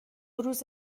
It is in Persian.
روز